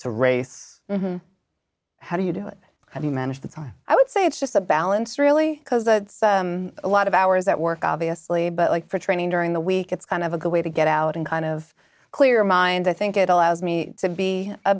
to race how do you do it how do you manage the time i would say it's just a balance really because it's a lot of hours that work obviously but like for training during the week it's kind of a good way to get out and kind of clear mind i think it allows me to be a